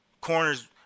Corners